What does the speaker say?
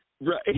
Right